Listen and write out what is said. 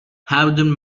howden